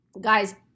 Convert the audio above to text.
guys